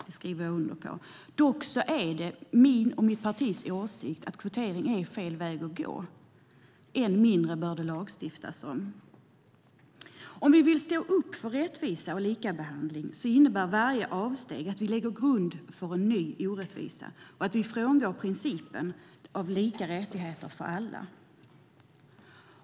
Dock är det både min och mitt partis åsikt att kvotering är fel väg att gå. Än mindre bör det lagstiftas om det. Om vi vill stå upp för rättvisa och likabehandling innebär varje avsteg att vi lägger grund för en ny orättvisa och att vi frångår principen om lika rättigheter för alla.